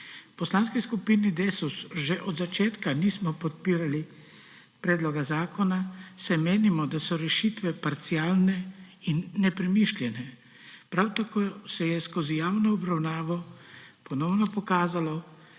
Poslanski skupini Desus že od začetka nismo podpirali predloga zakona, saj menimo, da so rešitve parcialne in nepremišljene. Prav tako se je skozi javno obravnavo ponovno pokazalo,